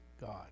God